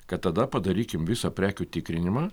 kad tada padarykim visą prekių tikrinimą